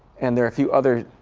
and there are a few other